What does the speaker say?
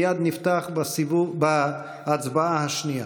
מייד נפתח בהצבעה השנייה.